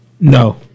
No